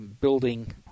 building